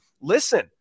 Listen